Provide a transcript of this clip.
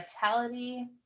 vitality